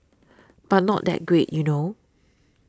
but not that great you know